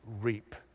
reap